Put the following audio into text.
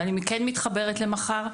ואני כן מתחברת למחר,